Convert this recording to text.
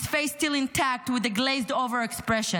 his face still intact with a glazed-over expression.